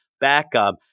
backup